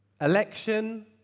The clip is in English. Election